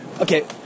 okay